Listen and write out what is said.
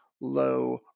low